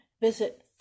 visit